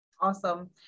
Awesome